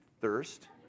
thirst